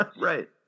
Right